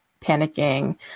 panicking